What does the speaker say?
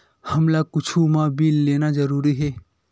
हमला कुछु मा बिल लेना जरूरी हे?